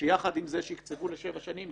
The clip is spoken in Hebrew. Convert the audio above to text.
שיחד עם זה שיקצבו לשבע שנים,